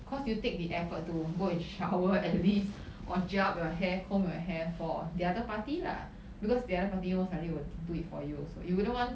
because you take the effort to go and shower at least or gel up your hair comb your hair for the other party lah because the other party most likely will do it for you also you wouldn't want